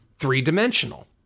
three-dimensional